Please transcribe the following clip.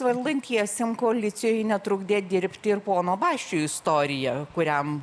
valdantiesiem koalicijoj netrukdė dirbti ir pono basčio istorija kuriam